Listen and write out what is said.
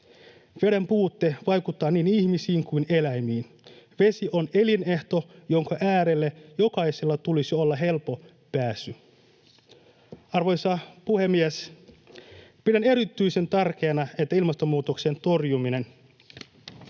Veden puute vaikuttaa niin ihmisiin kuin eläimiin. Vesi on elinehto, jonka äärelle jokaisella tulisi olla helppo pääsy. Arvoisa puhemies! Pidän erityisen tärkeänä, että ilmastonmuutoksen torjuminen